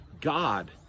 God